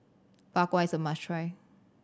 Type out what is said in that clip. Bak Kwa is a must try